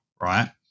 right